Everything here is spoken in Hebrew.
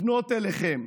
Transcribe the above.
לפנות אליכם,